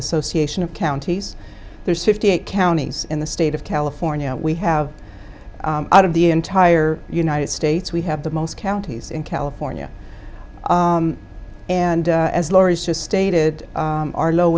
association of counties there's fifty eight counties in the state of california we have out of the entire united states we have the most counties in california and as lori's just stated our low